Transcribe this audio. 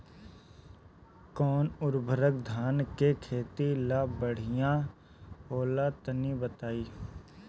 कौन उर्वरक धान के खेती ला बढ़िया होला तनी बताई?